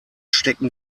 stecken